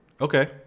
okay